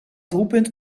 doelpunt